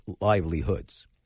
livelihoods